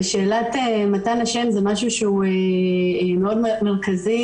שאלת מתן השם זה משהו שהוא מאוד מרכזי